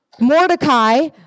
Mordecai